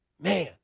man